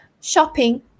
shopping